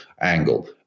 angle